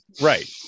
Right